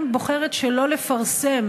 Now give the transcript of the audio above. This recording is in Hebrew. בוחרת שלא לפרסם